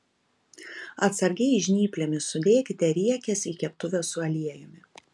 atsargiai žnyplėmis sudėkite riekes į keptuvę su aliejumi